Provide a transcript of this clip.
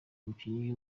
umukinnyi